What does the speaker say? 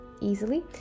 easily